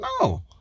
No